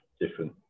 different